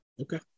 Okay